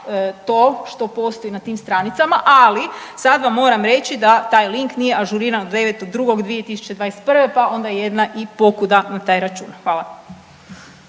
to što postoji na tim stranicama, ali sad vam moram reći da taj link nije ažuriran od 9.2.2021. pa onda jedna i pokuda na taj račun. Hvala.